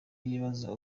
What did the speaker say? yibaza